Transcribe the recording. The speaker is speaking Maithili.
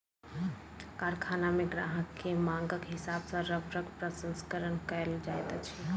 कारखाना मे ग्राहक के मांगक हिसाब सॅ रबड़क प्रसंस्करण कयल जाइत अछि